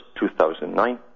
2009